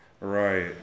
Right